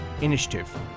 Initiative